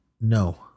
No